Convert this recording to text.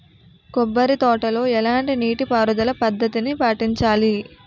కొబ్బరి తోటలో ఎలాంటి నీటి పారుదల పద్ధతిని పాటించాలి?